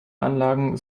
anlagen